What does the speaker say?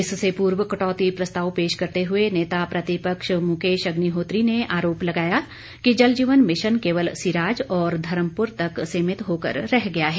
इससे पूर्व कटौती प्रस्ताव पेश करते हुए नेता प्रतिपक्ष मुकेश अग्निहोत्री ने आरोप लगाया कि जलजीवन मिशन केवल सिराज और धर्मपुर तक सीमित होकर रह गया है